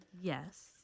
Yes